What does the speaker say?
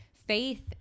Faith